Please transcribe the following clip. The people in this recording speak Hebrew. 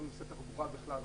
כל נושא התחבורה בכלל,